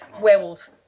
werewolves